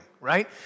right